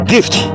Gift